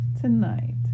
tonight